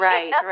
Right